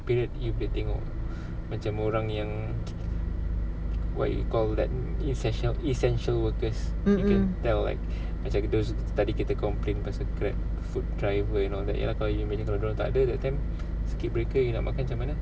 period you boleh tengok macam orang yang what you call that essential essential workers you can tell like macam those tadi kita complain pasal grab food driver and all that ya kalau you imagine kalau dia orang tak ada that time circuit breaker you nak makan macam mana